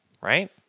right